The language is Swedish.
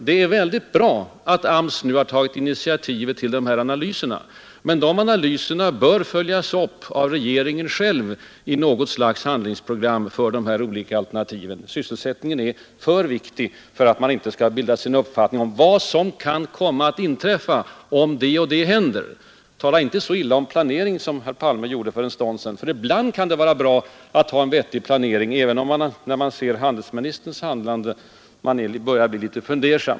Det är bra att AMS nu tagit initiativet till analyser, men dessa analyser måste följas upp av regeringen själv i något slags handlingsprogram för olika alternativ. Sysselsättningen är alltför viktig för att man inte skall bilda sig en uppfattning om vad som kan komma att inträffa om det och det händer. Tala inte så illa om planering som för en stund sedan, herr Palme! Ibland kan det vara bra att ha en vettig planering, även om man börjar bli litet fundersam när man bedömer handelsministerns handlande i höst.